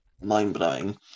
mind-blowing